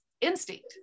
instinct